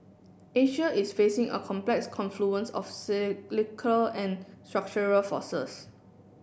Asia is facing a complex confluence of cyclical and structural forces